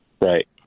Right